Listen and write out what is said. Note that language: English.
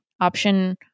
option